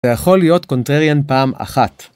‫זה יכול להיות contrarian פעם אחת.